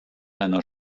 einer